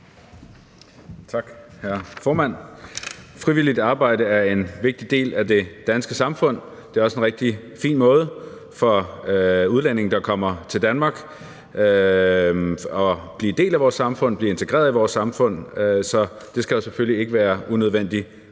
Tak, hr. formand. Frivilligt arbejde er en vigtig del af det danske samfund. Det er også en rigtig fin måde for udlændinge, der kommer til Danmark, at blive en del af vores samfund på, at blive integreret i vores samfund. Så det skal selvfølgelig ikke være unødvendigt